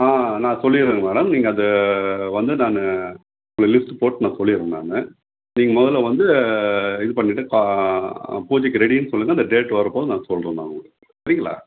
ஆ நான் சொல்லிடுறேனுங்க மேடம் நீங்கள் அது வந்து நான் உங்கள் லிஸ்ட்டு போட்டு நான் சொல்லிடுறேன் நான் நீங்கள் முதல்ல வந்து இது பண்ணிவிட்டு கா பூஜைக்கு ரெடினு சொல்லுங்கள் அந்த டேட் வரபோது நான் சொல்கிறேன் நான் உங்களுக்கு சரிங்களா